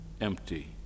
empty